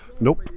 nope